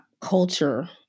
culture